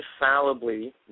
infallibly